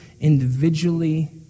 individually